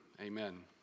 amen